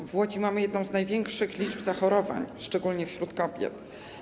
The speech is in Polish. W Łodzi mamy jedną z największych liczb zachorowań, szczególnie wśród kobiet.